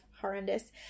horrendous